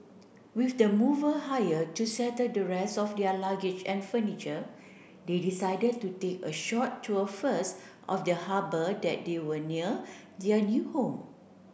with the mover hired to settle the rest of their luggage and furniture they decided to take a short tour first of the harbour that they were near their new home